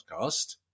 podcast